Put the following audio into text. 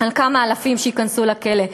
על כמה אלפים שייכנסו לכלא,